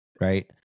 Right